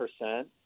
percent